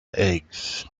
eggs